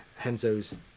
Henzo's